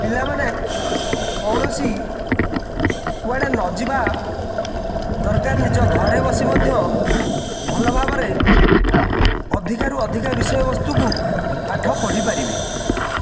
ପିଲାମାନେ କୌଣସି କୁଆଡ଼େ ନଯିବା ନିଜ ଘରେ ବସି ମଧ୍ୟ ଭଲ ଭାବରେ ଅଧିକା ରୁ ଅଧିକ ବିଷୟବସ୍ତୁ ପାଠ ପଢ଼ିପାରିବେ